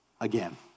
again